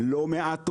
לא מעט עובדים.